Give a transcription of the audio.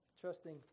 Trusting